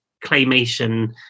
claymation